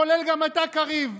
כולל גם אתה קריב,